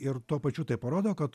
ir tuo pačiu tai parodo kad